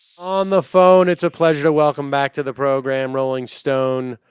on the phone it's a pleasure welcome back to the program rolling stone